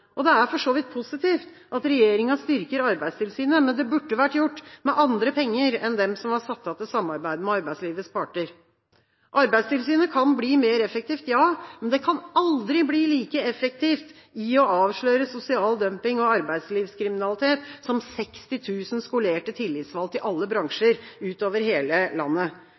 men det burde vært gjort med andre penger enn dem som var satt av til samarbeid med arbeidslivets parter. Arbeidstilsynet kan bli mer effektivt, ja, men det kan aldri bli like effektivt til å avsløre sosial dumping og arbeidslivskriminalitet som 60 000 skolerte tillitsvalgte i alle bransjer utover hele landet.